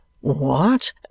What